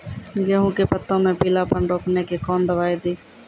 गेहूँ के पत्तों मे पीलापन रोकने के कौन दवाई दी?